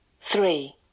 Three